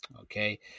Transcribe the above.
Okay